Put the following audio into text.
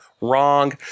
wrong